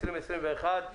התשפ"א-2021.